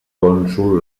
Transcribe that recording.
cònsol